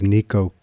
Nico